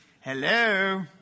Hello